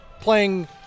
playing